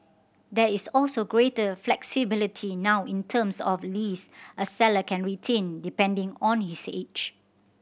there is also greater flexibility now in terms of lease a seller can retain depending on his age